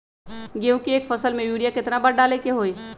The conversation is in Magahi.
गेंहू के एक फसल में यूरिया केतना बार डाले के होई?